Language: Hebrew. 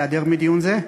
להיעדר מדיון זה,